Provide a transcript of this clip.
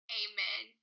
amen